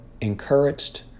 encouraged